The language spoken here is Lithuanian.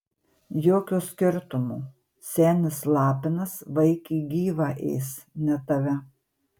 jokio skirtumo senis lapinas vaikį gyvą ės ne tave